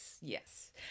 Yes